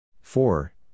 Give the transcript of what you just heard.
four